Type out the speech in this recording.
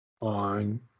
on